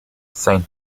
saint